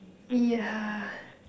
yeah